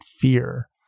fear